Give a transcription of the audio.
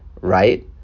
right